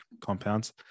compounds